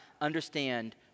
understand